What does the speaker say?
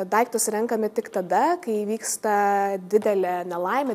daiktus renkame tik tada kai įvyksta didelė nelaimė